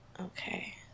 Okay